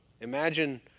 imagine